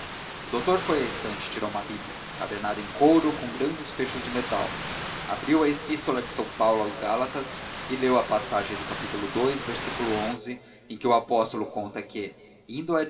o doutor foi à estante e tirou uma bíblia encadernada em couro com grandes fechos de metal abriu a epístola de são paulo aos gálatas e leu a passagem do capitulo ii versículo em que o apóstolo conta que